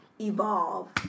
evolve